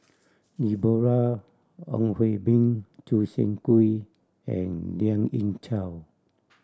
Deborah Ong Hui Min Choo Seng Quee and Lien Ying Chow